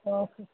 okay